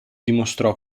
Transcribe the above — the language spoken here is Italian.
dimostrò